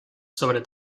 sobre